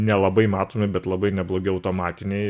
nelabai matomi bet labai neblogi automatiniai